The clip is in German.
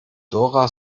dora